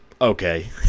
okay